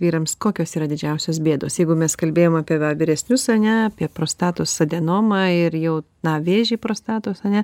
vyrams kokios yra didžiausios bėdos jeigu mes kalbėjom apie vyresnius ane apie prostatos adenomą ir jau na vėžį prostatos ane